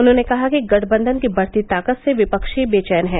उन्होंने कहा कि गठबंधन की बढ़ती ताकत से विपक्षी बेचैन हैं